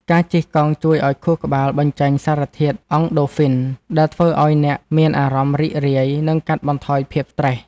ការជិះកង់ជួយឱ្យខួរក្បាលបញ្ចេញសារធាតុ អង់ដូហ្វីន ដែលធ្វើឱ្យអ្នកមានអារម្មណ៍រីករាយ និងកាត់បន្ថយភាពស្រ្តេស។